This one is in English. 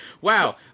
Wow